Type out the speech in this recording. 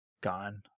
gone